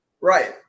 right